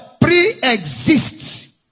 pre-exists